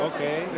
Okay